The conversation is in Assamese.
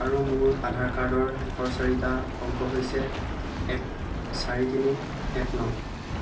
আৰু মোৰ আধাৰ কাৰ্ডৰ শেষৰ চাৰিটা অংক হৈছে এক চাৰি তিনি এক ন